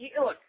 look